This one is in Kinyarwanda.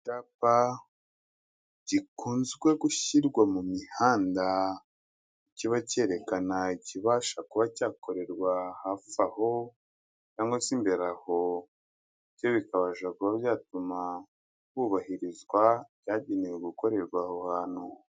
Icyapa gikunzwe gushyirwa mu mihanda, kiba cyerekana ikibasha kuba cyakorerwa hafi aho, cyangwa se imbere aho, ibyo bikabasha byatuma hubahirizwa ibyagenewe gukorerwa aho hantu.